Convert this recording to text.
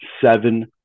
seven